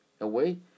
away